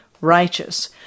righteous